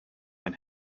ein